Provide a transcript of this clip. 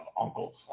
Uncle